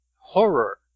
horror